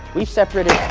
we've separated.